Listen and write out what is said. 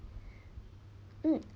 mm